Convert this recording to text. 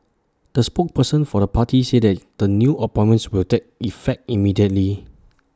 the spokesperson for the party said that the new appointments will take effect immediately